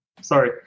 Sorry